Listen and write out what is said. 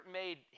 made